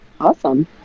Awesome